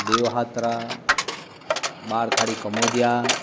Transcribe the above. દેવહાત્રા બારખાડી કામોડિયા